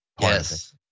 Yes